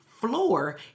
floor